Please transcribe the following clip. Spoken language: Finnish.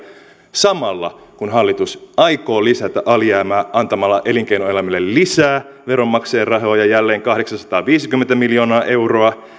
samalla kun hallitus aikoo lisätä alijäämää antamalla elinkeinoelämälle lisää veronmaksajien rahoja jälleen kahdeksansataaviisikymmentä miljoonaa euroa